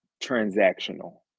transactional